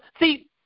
see